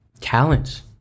talents